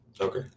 Okay